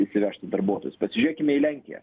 įsivežt darbuotojus pasižiūrėkime į lenkiją